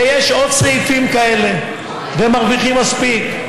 ויש עוד סעיפים כאלה, והם מרוויחים מספיק,